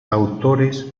autores